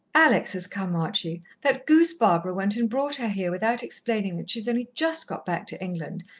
alex has come, archie. that goose barbara went and brought her here without explaining that she's only just got back to england,